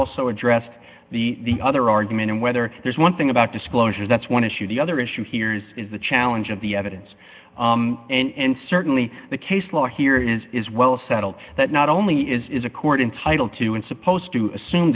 also addressed the other argument and whether there's one thing about disclosure that's one issue the other issue here is is the challenge of the evidence and certainly the case law here is is well settled that not only is a court in title two and supposed to assume